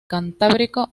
cantábrico